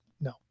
no